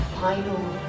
Final